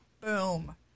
boom